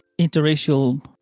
interracial